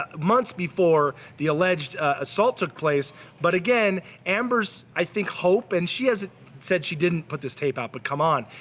ah months before the alleged assault took place but again, amber's, i think, hope, and she hasn't said she didn't put this tape out but come on.